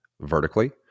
vertically